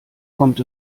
kommt